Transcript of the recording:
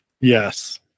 Yes